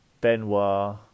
Benoit